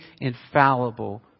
infallible